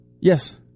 Yes